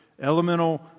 elemental